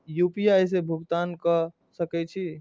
UPI से भुगतान क सके छी?